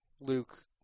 Luke